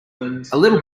little